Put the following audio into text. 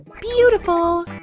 beautiful